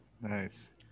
nice